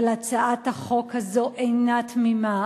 אבל הצעת החוק הזאת אינה תמימה.